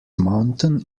mountain